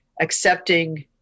accepting